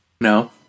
No